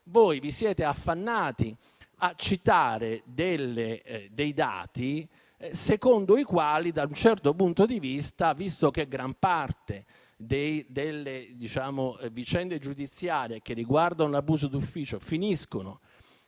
caso, vi siete affannati a citare dati secondo i quali, da un certo punto di vista, visto che gran parte delle vicende giudiziarie che riguardano l'abuso d'ufficio finiscono